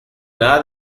nada